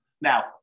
Now